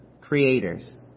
Creators